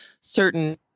certain